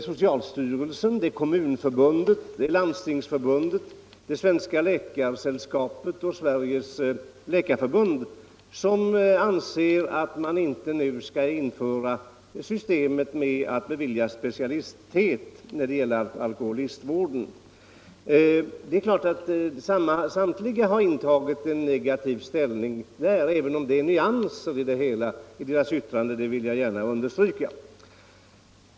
Socialstyrelsen, Kommunförbundet, Landstingsför bundet, Svenska läkaresällskapet och Sveriges läkarförbund anser nämligen alla att man inte nu skall ge alkoholistvården ställning som specialitet. Samtliga dessa har intagit en negativ ställning, även om det finns nyanser i deras yttranden; det vill jag gärna understryka.